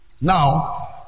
Now